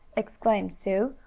exclaimed sue,